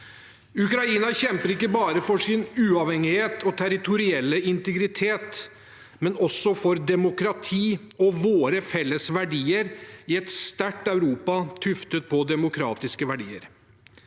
Ukraina kjemper ikke bare for sin uavhengighet og territorielle integritet, men også for demokrati og våre felles verdier i et sterkt Europa tuftet på demokratiske verdier.